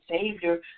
Savior